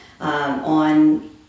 on